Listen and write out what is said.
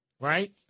right